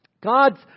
God's